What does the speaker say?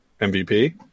MVP